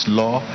law